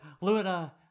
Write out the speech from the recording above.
Luna